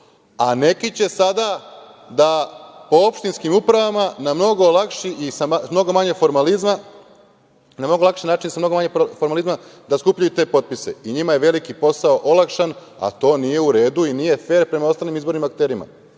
a neki će sada da po opštinskim upravama na mnogo lakši i sa mnogo manje formalizma da skupljaju te potpise i njima je veliki posao olakšan, a to nije u redu i nije fer prema ostalim izbornim akterima,